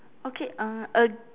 okay uh a